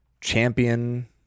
champion